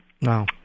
No